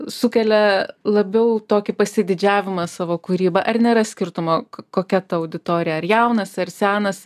sukelia labiau tokį pasididžiavimą savo kūryba ar nėra skirtumo kokia ta auditorija ar jaunas ar senas